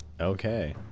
Okay